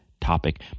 topic